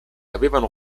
avevano